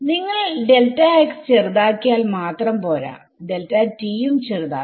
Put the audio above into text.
നിങ്ങൾ ചെറുതാക്കിയാൽ മാത്രം പോരാ ഉം ചെറുതാക്കണം